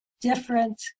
different